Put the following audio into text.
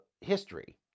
history